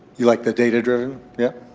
you like the data-driven, yeah